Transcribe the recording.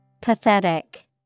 Pathetic